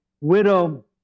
widow